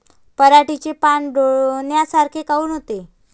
पराटीचे पानं डोन्यासारखे काऊन होते?